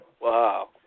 Wow